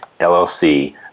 LLC